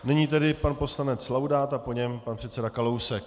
Nyní tedy pan poslanec Laudát a po něm pan předseda Kalousek.